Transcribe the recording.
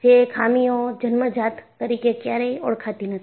જે ખામીઓ જન્મજાત તરીકે ક્યારેય ઓળખતી નથી